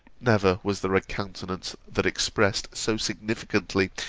never was there a countenance that expressed so significantly,